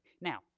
Now